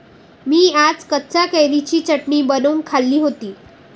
मी आज कच्च्या कैरीची चटणी बनवून खाल्ली होती